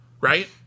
right